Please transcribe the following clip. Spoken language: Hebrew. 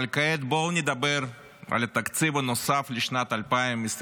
אבל כעת בואו נדבר על התקציב הנוסף לשנת 2024,